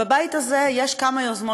בבית הזה יש כמה יוזמות.